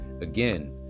again